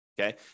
okay